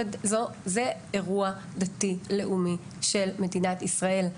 זה אירוע דתי לאומי של מדינת ישראל.